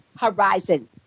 horizon